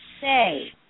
say